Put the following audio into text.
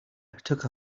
took